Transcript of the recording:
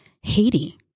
Haiti